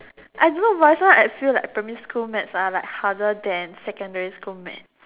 I don't why sometimes I feel like primary school maths are like harder than secondary school maths